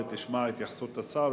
ותשמע התייחסות השר,